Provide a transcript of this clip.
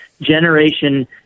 generation